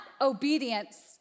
obedience